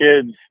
kids